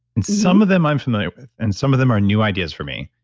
and some of them i'm familiar with, and some of them are new ideas for me,